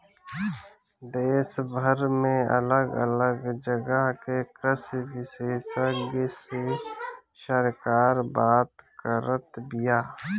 देशभर में अलग अलग जगह के कृषि विशेषग्य से सरकार बात करत बिया